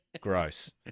Gross